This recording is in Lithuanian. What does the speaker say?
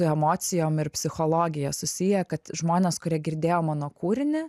emocijom ir psichologija susiję kad žmonės kurie girdėjo mano kūrinį